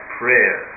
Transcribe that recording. prayer